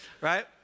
right